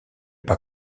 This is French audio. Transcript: pas